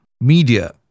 media